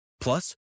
Plus